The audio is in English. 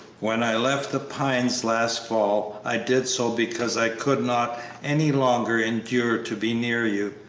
when i left the pines last fall i did so because i could not any longer endure to be near you,